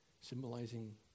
symbolizing